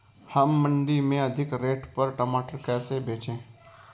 हम मंडी में अधिक रेट पर टमाटर कैसे बेचें?